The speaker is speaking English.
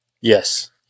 Yes